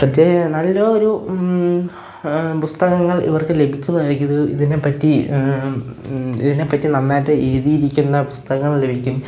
നല്ലൊരു പുസ്തകങ്ങൾ ഇവർക്ക് ലഭിക്കുന്നതായിരിക്കും ഇത് ഇതിനെപ്പറ്റി ഇതിനെപ്പറ്റി നന്നായിട്ട് എഴുതിയിരിക്കുന്ന പുസ്തകങ്ങൾ ലഭിക്കും